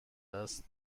است